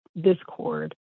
Discord